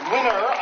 Winner